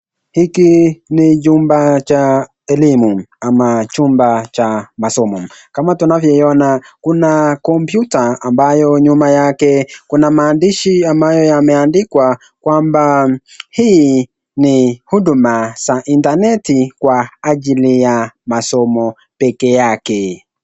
Hiki ni jumba cha elimu ama chumba cha masomo ,kama tunavyoiona kuna kompyuta ambayo nyuma yake kuna maandishi ambayo yameandikwa kwamba hii ni huduma za Internet kwa ajili ya masomo peke yake.